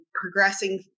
progressing